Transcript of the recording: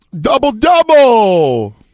Double-double